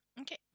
Okay